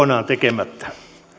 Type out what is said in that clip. kokonaan tekemättä